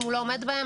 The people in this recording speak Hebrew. אם הוא לא עומד בהם,